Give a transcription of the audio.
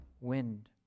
wind